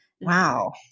Wow